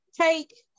take